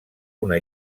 una